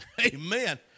Amen